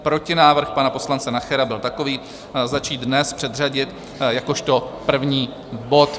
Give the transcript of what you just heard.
Protinávrh pana poslance Nachera byl začít dnes, předřadit jakožto první bod.